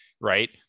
right